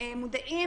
מודעים,